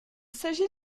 s’agit